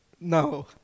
No